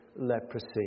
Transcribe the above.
leprosy